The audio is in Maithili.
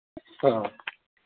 हँ